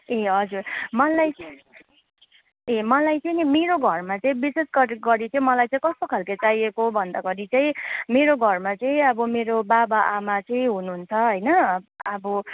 ए हजुर मलाई ए मलाई चाहिँ नि मेरो घरमा चाहिँ विशेष गरे गरी चाहिँ मलाई चाहिँ कस्तो खालके चाहिएको भन्दाखेरि चाहिँ मेरो घरमा चाहिँ अब मेरो बाबाआमा चाहिँ हुनुहुन्छ होइन अब